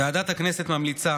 ועדת הכנסת ממליצה,